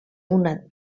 una